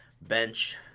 bench